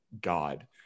God